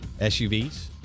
SUVs